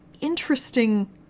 interesting